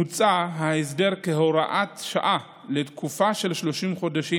מוצע ההסדר כהוראת שעה לתקופה של 30 חודשים.